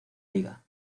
liga